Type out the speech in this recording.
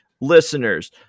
listeners